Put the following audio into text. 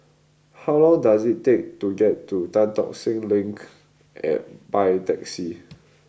how long does it take to get to Tan Tock Seng Link by taxi